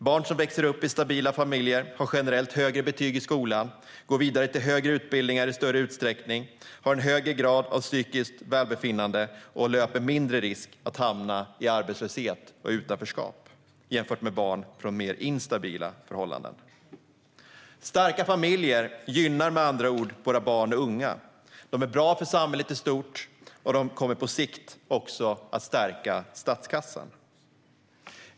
Barn som växer upp i stabila familjer har generellt högre betyg i skolan, går vidare till högre utbildningar i större utsträckning, har en högre grad av psykiskt välbefinnande och löper mindre risk att hamna i arbetslöshet och utanförskap jämfört med barn från mer instabila förhållanden. Starka familjer gynnar med andra ord våra barn och unga. De är bra för samhället i stort, och de kommer på sikt också att stärka statskassan.